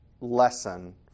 lesson